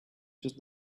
just